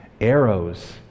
arrows